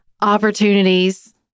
opportunities